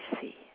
see